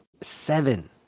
Seven